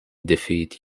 defeat